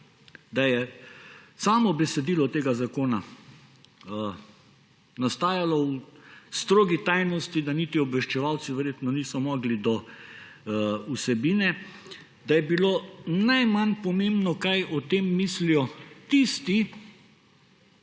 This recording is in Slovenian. da je samo besedilo tega zakona nastajalo v strogi tajnosti, da niti obveščevalci verjetno niso mogli do vsebine, da je bilo najmanj pomembno, kaj o tem mislijo tisti,